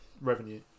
revenue